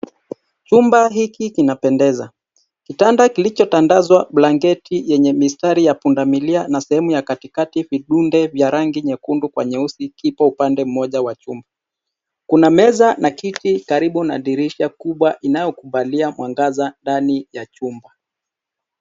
Chumba hiki kinapendeza. Kitanda kilichotandazwa blanketi yenye mistari ya punda milia na sehemu ya katikati sehemu ya katikati vidunde ya rangi nyekundu kwa nyeusi kipo upande mmoja wa chuma. Kuna meza na kiti karibu na dirisha kubwa inayokubalia mwangaza ndani ya chumba.